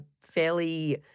fairly